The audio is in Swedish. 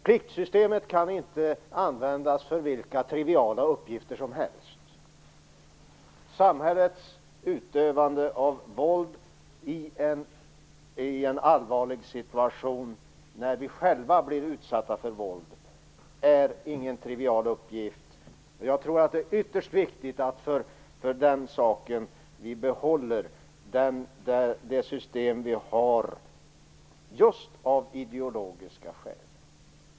Pliktsystemet kan inte användas för vilka triviala uppgifter som helst. Samhällets utövande av våld i en allvarlig situation när vi själva blir utsatta för våld är ingen trivial uppgift, och jag tror att det är ytterst viktigt att vi behåller det system vi har för den saken, just av ideologiska skäl.